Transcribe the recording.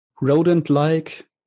rodent-like